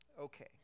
Okay